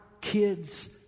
kids